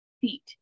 feet